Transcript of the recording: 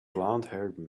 blondhaired